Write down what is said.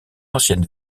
ancienne